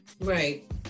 right